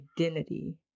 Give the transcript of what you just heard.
identity